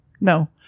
No